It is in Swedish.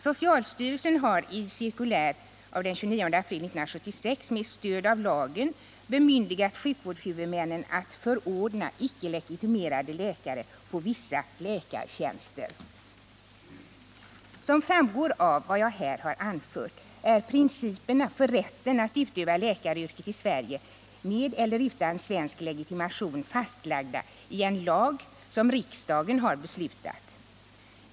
Socialstyrelsen har i cirkulär den 29 april 1976 med stöd av lagen bemyndigat sjukvårdshuvudmännen att förordna icke legitimerade läkare på vissa läkartjänster. Såsom framgår av vad jag här har anfört är principerna för rätten att utöva läkaryrket i Sverige med eller utan svensk legitimation fastlagda i en lag som riksdagen har fattat beslut om.